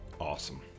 Awesome